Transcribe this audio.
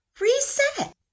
reset